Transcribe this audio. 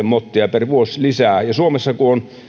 mottia per vuosi lisää ja kun suomessa on